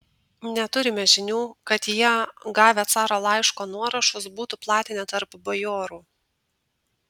neturime žinių kad jie gavę caro laiško nuorašus būtų platinę tarp bajorų